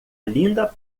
linda